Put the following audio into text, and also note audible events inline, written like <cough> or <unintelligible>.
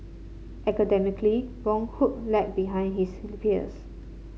academically Boon Hock lagged behind his <unintelligible> peers